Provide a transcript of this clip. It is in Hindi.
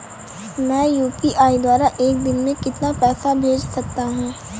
मैं यू.पी.आई द्वारा एक दिन में कितना पैसा भेज सकता हूँ?